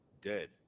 Dead